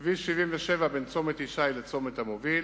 כביש 77 בין צומת ישי לצומת המוביל,